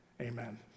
amen